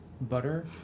butter